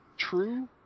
True